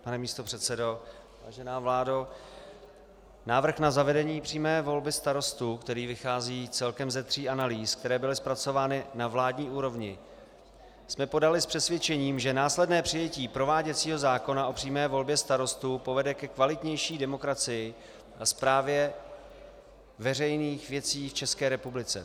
Pane místopředsedo, vážená vládo, návrh na zavedení přímé volby starostů, který vychází celkem ze tří analýz, které byly zpracovány na vládní úrovni, jsme podali s přesvědčením, že následné přijetí prováděcího zákona o přímé volbě starostů povede ke kvalitnější demokracii a správě veřejných věcí v České republice.